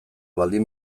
baldin